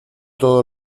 todo